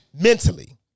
mentally